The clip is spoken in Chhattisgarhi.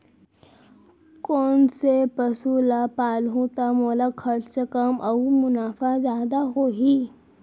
कोन से पसु ला पालहूँ त मोला खरचा कम अऊ मुनाफा जादा होही?